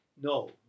no